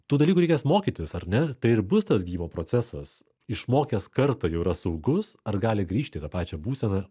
tų dalykų reikės mokytis ar ne tai ir bus tas gyvo procesas išmokęs kartą jau yra saugus ar gali grįžti į tą pačią būseną